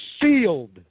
sealed